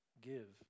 give